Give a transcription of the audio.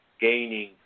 gaining